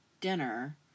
dinner